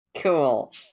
Cool